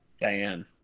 Diane